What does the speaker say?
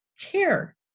care